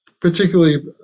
particularly